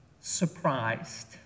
surprised